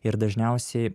ir dažniausiai